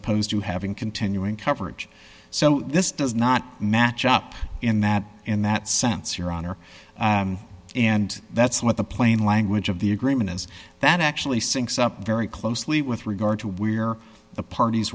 opposed to having continuing coverage so this does not match up in that in that sense your honor and that's what the plain language of the agreement is that actually syncs up very closely with regard to where the parties